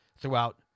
throughout